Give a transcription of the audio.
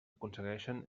aconsegueixen